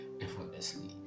effortlessly